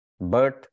Birth